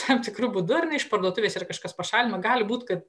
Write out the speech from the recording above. tam tikru būdu ar ne iš parduotuvės yra kažkas pašalinama gali būt kad